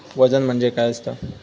वजन म्हणजे काय असता?